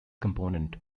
component